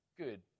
good